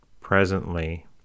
Presently